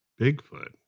Bigfoot